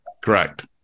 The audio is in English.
correct